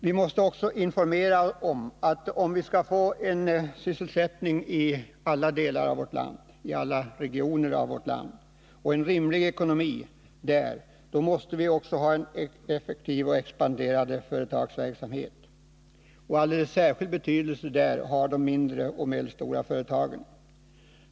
Vi måste också informera om att ifall vi vill ha god sysselsättning och rimlig ekonomi i alla delar och regioner av vårt land, så måste vi ha en effektiv och expanderande företagsverksamhet. Alldeles särskild betydelse har där de mindre och medelstora företagen.